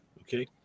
Okay